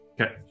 Okay